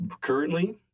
currently